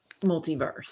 multiverse